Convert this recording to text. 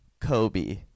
Kobe